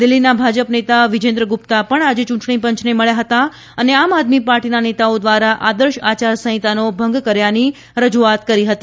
દિલ્હીના ભાજપ નેતા વિજેન્દ્ર ગુપ્તા પણ આજે યૂંટણીપંચને મળ્યા હતા અને આમ આદમી પાર્ટીના નેતાઓ દ્વારા આદર્શ આચાર સંહિતાનો ભંગ કર્યાની રજૂઆત કરી હતી